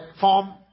form